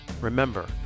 remember